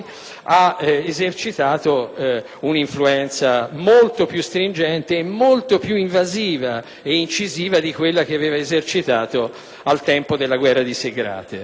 ha esercitato un'influenza molto più stringente e molto più invasiva ed incisiva di quella che aveva esercitato al tempo della guerra di Segrate.